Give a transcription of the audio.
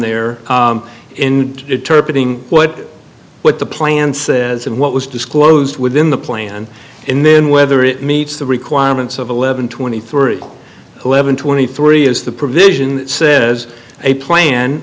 there in determining what what the plan says and what was disclosed within the plan and then whether it meets the requirements of eleven twenty three eleven twenty three is the provision that says a plan